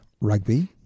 rugby